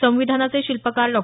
संविधानाचे शिल्पकार डॉ